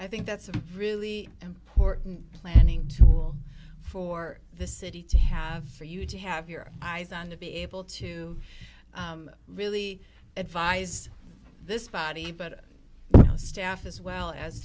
i think that's a really important planning for the city to have for you to have your eyes on to be able to really advise this body but the staff as well as